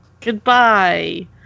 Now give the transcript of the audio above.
goodbye